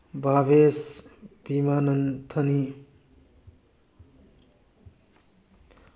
ꯚꯥꯕꯦꯁ ꯕꯤꯃꯥꯟꯅꯟꯊꯅꯤ